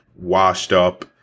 washed-up